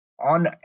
on